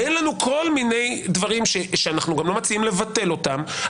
ואין לנו כל מיני דברים שאנחנו גם לא מציעים לבטל אותם,